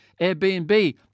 Airbnb